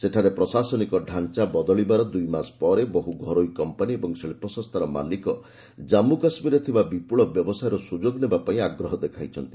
ସେଠାରେ ପ୍ରଶାସନିକ ଢାଞ୍ଚା ବଦଳିବାର ଦୁଇ ମାସ ପରେ ବହୁ ଘରୋଇ କମ୍ପାନୀ ଓ ଶିଳ୍ପ ସଂସ୍ଥାର ମାଲିକ ଜାନ୍ଗୁ କାଶ୍ମୀରରେ ଥିବା ବିପୁଳ ବ୍ୟବସାୟର ସୁଯୋଗ ନେବା ପାଇଁ ଆଗ୍ରହ ଦେଖାଇଛନ୍ତି